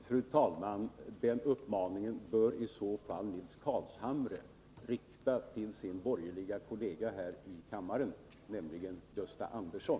Fru talman! Den uppmaningen bör i så fall Nils Carlshamre rikta till sin borgerlige kollega här i kammaren, Gösta Andersson.